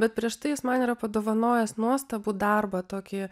bet prieš tai jis man yra padovanojęs nuostabų darbą tokį